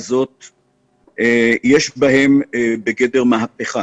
יש בגדר מהפכה